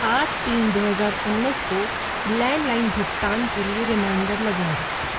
आठ तीन दो हज़ार उन्नीस को लैंडलाइन भुगतान के लिए रिमाइंडर लगाएँ